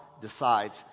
decides